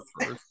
first